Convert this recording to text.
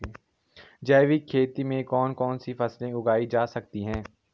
जैविक खेती में कौन कौन सी फसल उगाई जा सकती है?